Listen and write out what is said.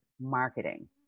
marketing